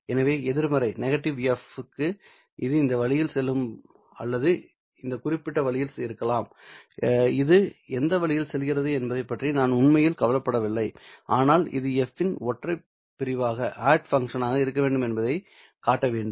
எனவே எதிர்மறை f க்கு இது இந்த வழியில் செல்லும் அல்லது இந்த குறிப்பிட்ட வழியில் இருக்கலாம் இது எந்த வழியில் செல்கிறது என்பது பற்றி நான் உண்மையில் கவலைப்படவில்லை ஆனால் இது f இன் ஒற்றைப்படை பிரிவாக இருக்க வேண்டும் என்பதைக் காட்ட வேண்டும்